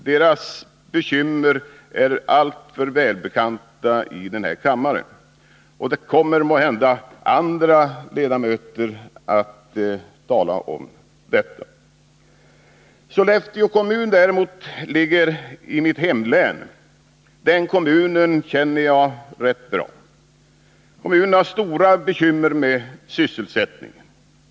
Deras bekymmer är alltför välbekanta i den här kammaren, och måhända kommer andra ledamöter att tala om dessa orter. Sollefteå kommun däremot ligger i mitt hemlän, och den kommunen känner jag rätt bra. Kommunen har stora bekymmer med sysselsättningen.